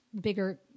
bigger